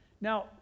Now